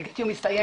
לדעתי הוא מסתיים